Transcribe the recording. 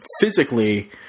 physically